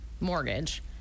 mortgage